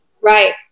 Right